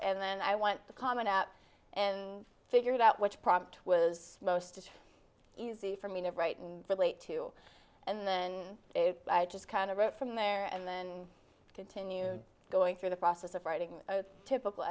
and then i want to comment out and figure out which product was most easy for me to write and relate to and then i just kind of wrote from there and then continued going through the process of writing a typical